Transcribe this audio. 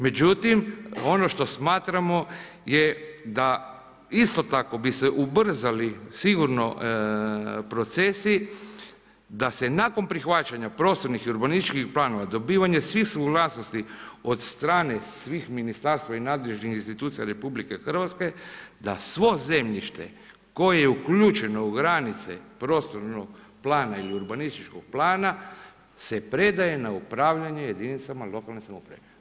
Međutim, ono što smatramo je isto tako bi se ubrzali sigurno procesi, da se nakon prihvaćanja prostornih i urbanističkih planova, dobivanju svih suglasnosti, od strane svih ministarstva i nadležnih institucija RH, da svo zemljište koje je uključeno u granice prostornog plana ili urbanističkog plana, se predaje na upravljanje jedinicama lokalne samouprave.